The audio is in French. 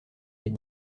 est